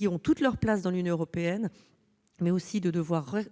ayant toute leur place dans l'Union européenne, mais aussi de